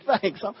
thanks